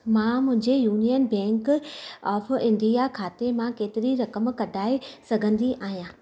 मां मुंहिंजे Union Bank of India खाते मां केतिरी रक़म कढाए सघंदी आहियां